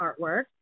artwork